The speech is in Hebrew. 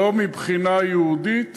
לא מבחינה יהודית